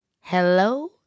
Hello